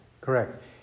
Correct